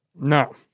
No